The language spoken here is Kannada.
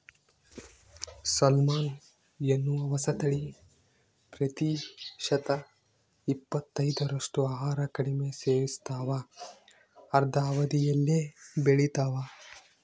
ಸಾಲ್ಮನ್ ಎನ್ನುವ ಹೊಸತಳಿ ಪ್ರತಿಶತ ಇಪ್ಪತ್ತೈದರಷ್ಟು ಆಹಾರ ಕಡಿಮೆ ಸೇವಿಸ್ತಾವ ಅರ್ಧ ಅವಧಿಯಲ್ಲೇ ಬೆಳಿತಾವ